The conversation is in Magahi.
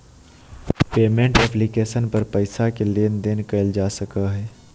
पेमेंट ऐप्लिकेशन पर पैसा के लेन देन कइल जा सको हइ